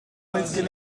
ooit